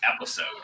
episode